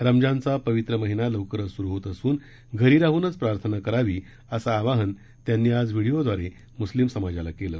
रमज़ानचा पवित्र महिना लवकरच सुरु होत असून घरी राहूनच प्रार्थना करावी असं आवाहन त्यांनी आज व्हीडीओद्वारे मुस्लिम समाजाला केलं